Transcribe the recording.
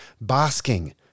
Basking